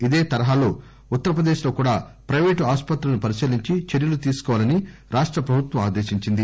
ఇదే తరహాలో ఉత్తరప్రదేశ్ లో కూడా ప్రయిపేటు ఆసుపత్రులను పరిశీలించి చర్యలు తీసుకోవాలని రాష్ట ప్రభుత్వం ఆదేశించింది